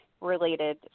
related